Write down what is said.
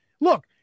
Look